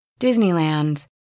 Disneyland